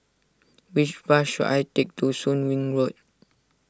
which bus should I take to Soon Wing Road